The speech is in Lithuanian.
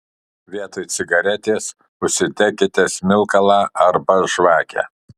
vietoj cigaretės užsidekite smilkalą arba žvakę